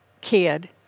kid